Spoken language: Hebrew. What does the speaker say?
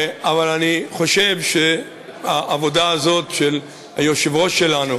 אבל אני חושב שהעבודה הזאת של היושב-ראש שלנו